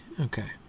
Okay